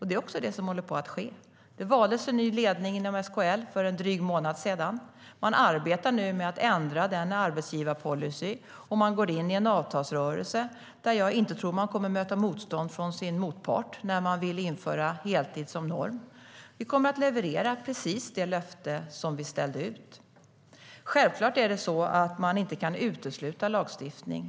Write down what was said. Det är också det som håller på att ske. Det valdes en ny ledning inom SKL för en dryg månad sedan. Man arbetar nu med att ändra den arbetsgivarpolicyn, och man går in i en avtalsrörelse. Jag tror inte att man kommer att möta motstånd från sin motpart när man vill införa heltid som norm. Vi kommer att leverera precis det löfte som vi ställde ut. Självklart kan man inte utesluta lagstiftning.